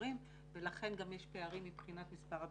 מבוגרים ולכן גם יש פערים מבחינת מספר הבדיקות,